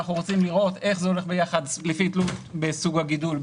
אנחנו רוצים לראות איך זה הולך ביחד לפי תלות בסוג הגידול,